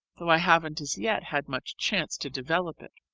though i haven't as yet had much chance to develop it.